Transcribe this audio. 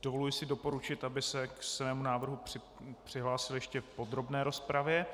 Dovoluji si doporučit, aby se k svému návrhu přihlásil ještě v podrobné rozpravě.